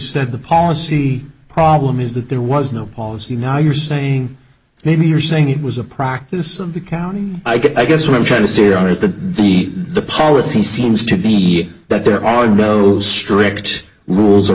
said the policy problem is that there was no policy now you're saying maybe you're saying it was a practice of the county i guess what i'm trying to say are is that the the policy seems to be that there are both strict rules